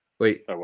Wait